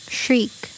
shriek